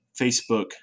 Facebook